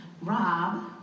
Rob